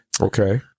Okay